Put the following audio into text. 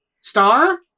star